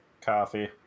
Coffee